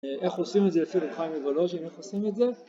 איך עושים את זה לפי ר' חיים מוולאז'ין, איך עושים את זה?